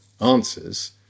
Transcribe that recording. answers